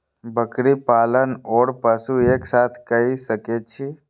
बकरी पालन ओर पशु एक साथ कई सके छी?